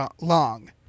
long